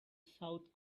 south